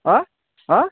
হাঁ হাঁ